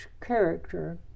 character